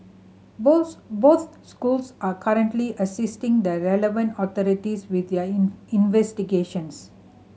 both both schools are currently assisting the relevant authorities with their investigations